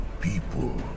people